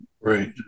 Right